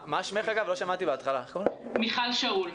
מיכל,